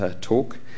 talk